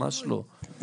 ממש לא.